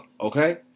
Okay